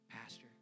Pastor